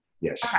Yes